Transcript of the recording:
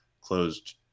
closed